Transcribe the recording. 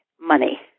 money